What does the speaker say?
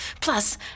Plus